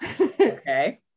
Okay